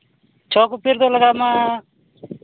ᱪᱷᱚ ᱠᱚᱯᱤ ᱨᱮᱫᱚ ᱞᱟᱜᱟᱜᱼᱟ ᱢᱟ